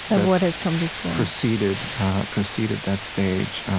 of what has come before, preceded preceded that stage.